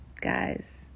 guys